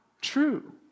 true